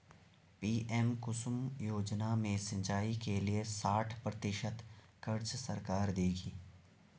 PM Kusum योजना में सिंचाई के लिए साठ प्रतिशत क़र्ज़ सरकार देगी